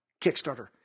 Kickstarter